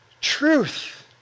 Truth